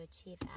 achieve